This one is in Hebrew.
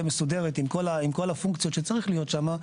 מסודרת עם כל הפונקציות שצריכות להיות שם,